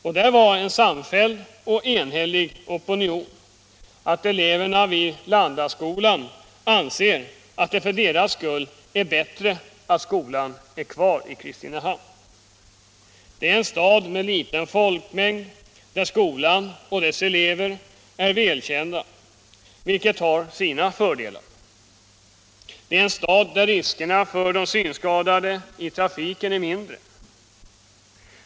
Eleverna vid Landaskolan anser — och det är en samfälld och enig opinion — att det för deras skull är bättre att skolan är kvar i Kristinehamn. Det är en stad med liten folkmängd, där skolan och dess elever är välkända, vilket har sina fördelar. Det är en stad där riskerna för synskadade i trafiken är mindre.